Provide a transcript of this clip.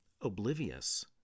oblivious